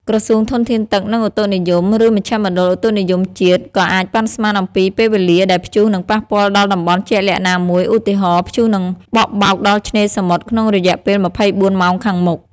ក្រសួងធនធានទឹក និងឧតុនិយម ឬមជ្ឈមណ្ឌលឧតុនិយមជាតិ ក៏អាចប៉ាន់ស្មានអំពីពេលវេលាដែលព្យុះនឹងប៉ះពាល់ដល់តំបន់ជាក់លាក់ណាមួយ ឧទាហរណ៍ ព្យុះនឹងបក់បោកដល់ឆ្នេរសមុទ្រក្នុងរយៈពេល ២៤ ម៉ោងខាងមុខ។